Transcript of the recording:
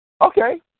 Okay